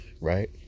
right